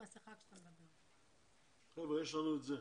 הסוכנות היהודית.